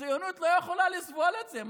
ציונות לא יכולה לסבול את זה.